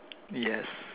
yes